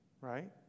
right